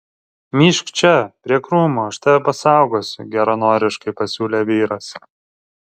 myžk čia prie krūmo aš tave pasaugosiu geranoriškai pasiūlė vyras